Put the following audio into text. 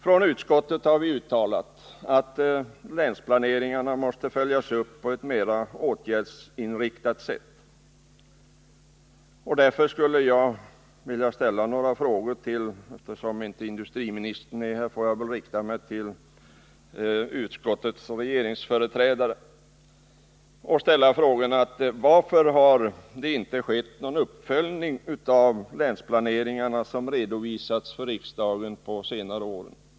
Från utskottet har vi uttalat att länsplaneringarna måste följas upp på ett mer åtgärdsinriktat sätt. Därför skulle jag vilja ställa några frågor, och eftersom inte industriministern är här får jag väl rikta dem till utskottsoch regeringsföreträdarna. Varför har det inte skett någon uppföljning av länsplaneringarna under senare år?